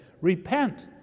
Repent